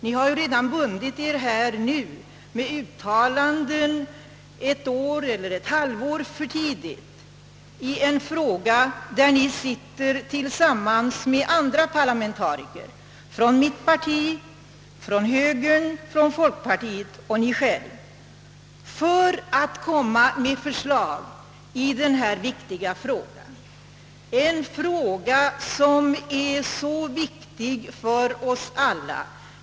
Ni har ju redan bundit er här med uttalanden ett eller ett halvt år för tidigt i en fråga där ni sitter tillsammans med andra parlamentariker, från mitt parti, från högern och från folkpartiet, för att komma med förslag i denna för oss alla så viktiga fråga.